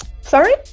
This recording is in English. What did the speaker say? sorry